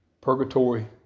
Purgatory